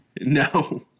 No